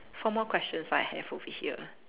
four more questions I have over here